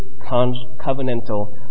covenantal